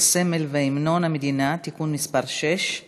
הסמל והמנון המדינה (תיקון מס' 6)